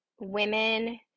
women